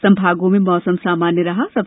शेष संभागों में मौसम सामान्य रहा